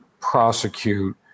prosecute